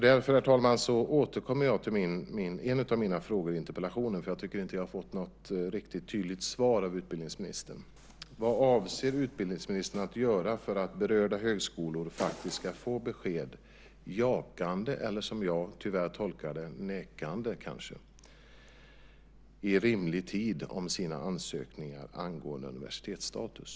Därför, herr talman, återkommer jag till en av mina frågor i interpellationen, för jag tycker inte att jag har fått något riktigt tydligt svar av utbildningsministern. Vad avser utbildningsministern att göra för att berörda högskolor faktiskt ska få besked, jakande eller, som jag tyvärr tolkar det, nekande, i rimlig tid om sina ansökningar angående universitetsstatus?